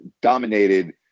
dominated